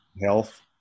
health